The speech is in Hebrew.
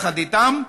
יחד איתם,